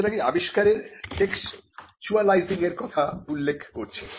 সুতরাং এই আবিষ্কারের টেক্সটুয়ালাইজিং এর কথা উল্লেখ করছি